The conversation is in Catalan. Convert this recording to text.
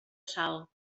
sal